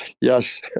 yes